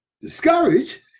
Discouraged